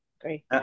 Great